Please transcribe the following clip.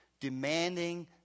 Demanding